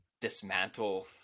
dismantle